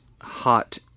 hot